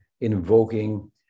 invoking